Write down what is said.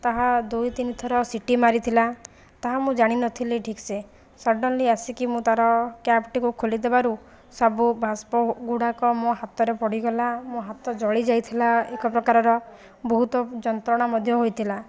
ତାହା ଦୁଇ ତିନି ଥର ସିଟି ମାରିଥିଲା ତାହା ମୁଁ ଜାଣିନଥିଲି ଠିକ୍ସେ ସଡନ୍ଲି ଆସିକି ମୁଁ ତାର କ୍ୟାପଟିକୁ ଖୋଲିଦେବାରୁ ସବୁ ବାଷ୍ପ ଗୁଡ଼ାକ ମୋ ହାତରେ ପଡ଼ିଗଲା ମୋ ହାତ ଜଳି ଯାଇଥିଲା ଏକ ପ୍ରକାରର ବହୁତ ଯନ୍ତ୍ରଣା ମଧ୍ୟ ହୋଇଥିଲା